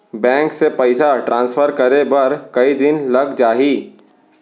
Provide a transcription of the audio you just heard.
Bank से पइसा transfer करे बर कई दिन लग जाही?